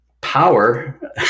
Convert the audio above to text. power